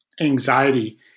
anxiety